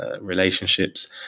relationships